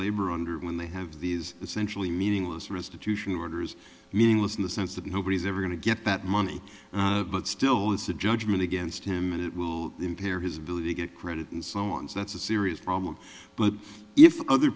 labor under when they have these essentially meaningless restitution orders meaningless in the sense that nobody's ever going to get that money but still it's a judgment against him and it will impair his ability to get credit and so on so that's a serious problem but if other